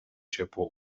ciepło